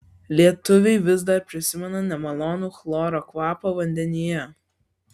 lietuviai vis dar prisimena nemalonų chloro kvapą vandenyje